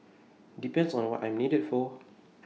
depends on what I'm needed for